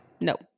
No